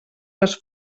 les